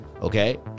okay